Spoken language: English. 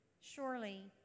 Surely